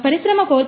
పరిశ్రమ 4